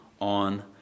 on